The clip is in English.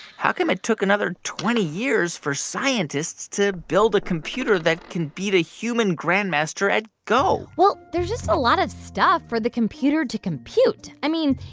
how come it took another twenty years for scientists to build a computer that can beat a human grandmaster at go? well, there's just a lot of stuff for the computer to compute. i mean,